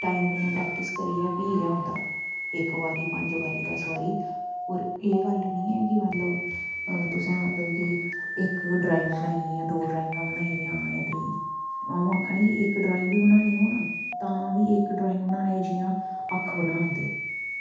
time कन्नै practice करियै फ्ही गै होंदा इक बारी पंज बारी दस्स बारी और एह् गल्ल निं ऐ कि मतलब तुसैं मतलव कि इक ड्राईंग बनाई यां दो ड्राइंइगां बनाइयां जां त्रीऽ अं'ऊ आक्खा निं कि इक ड्राइंग बी बनानी होऐ ना तां बी इक ड्राइंग बनाने दी जियां अक्ख बना दे